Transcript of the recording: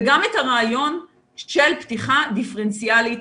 וגם את הרעיון של פתיחה דיפרנציאלית,